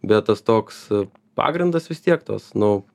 bet tas toks pagrindas vis tiek tos nu